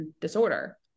disorder